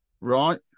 Right